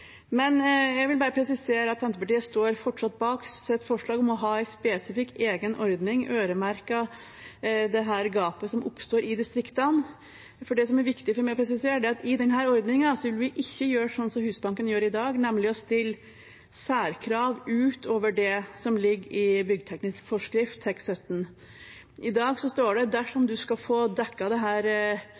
Jeg vil bare presisere at Senterpartiet fortsatt står bak forslaget om å ha en spesifikt egen ordning øremerket dette gapet som oppstår i distriktene. Det som er viktig for meg å presisere, er at i denne ordningen vil vi ikke gjøre som Husbanken gjør i dag, nemlig å stille særkrav utover det som ligger i byggteknisk forskrift, TEK17. I dag står det at dersom man skal få dekket gapet mellom byggekostnad og markedsverdi, må man oppfylle særskilte krav til livsløpsstandard og miljø i distriktene. Det